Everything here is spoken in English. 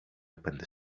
opened